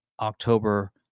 October